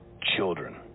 children